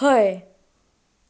हय